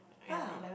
!huh!